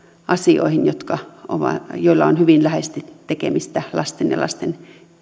asioihin joilla on hyvin läheisesti tekemistä lasten